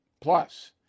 Plus